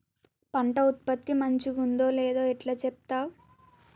పంట ఉత్పత్తి మంచిగుందో లేదో ఎట్లా చెప్తవ్?